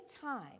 time